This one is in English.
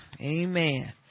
Amen